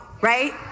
right